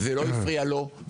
זה לא הפריע לו,